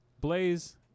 Blaze